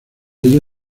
ello